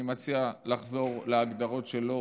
אני מציע לחזור להגדרות שלו